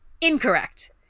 incorrect